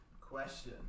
question